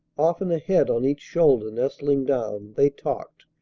often a head on each shoulder nestling down, they talked.